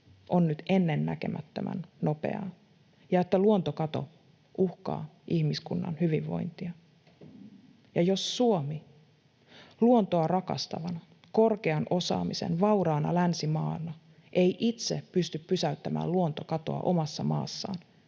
on nyt ennennäkemättömän nopeaa ja että luontokato uhkaa ihmiskunnan hyvinvointia, ja jos Suomi luontoa rakastavana, korkean osaamisen vauraana länsimaana ei itse pysty pysäyttämään luontokatoa omassa maassaan,